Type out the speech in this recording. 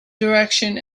direction